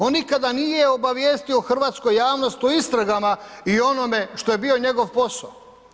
On nikada nije obavijestio hrvatsku javnost o istragama i onome što je bio njegov posao.